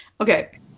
Okay